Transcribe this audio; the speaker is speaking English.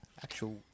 Actual